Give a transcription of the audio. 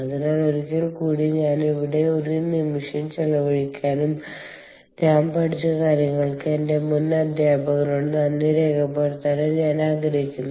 അതിനാൽ ഒരിക്കൽ കൂടി ഞാൻ ഇവിടെ ഒരു നിമിഷം ചെലവഴിക്കാനും ഞാൻ പഠിച്ച കാര്യങ്ങൾക്ക് എന്റെ മുൻ അധ്യാപകനോടുള്ള നന്ദിരേഖപ്പെടുത്താനും ഞാൻ ആഗ്രഹിക്കുന്നു